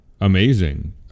amazing